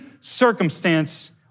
circumstance